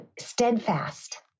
steadfast